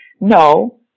No